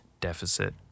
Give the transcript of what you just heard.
deficit